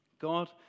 God